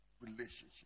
relationship